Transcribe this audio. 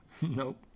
nope